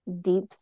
deep